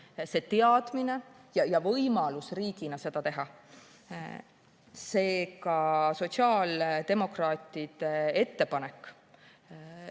teadmine ja võimalus riigina seda teha. Seega, sotsiaaldemokraatide ettepanek